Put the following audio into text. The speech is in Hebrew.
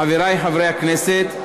חברי חברי הכנסת,